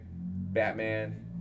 Batman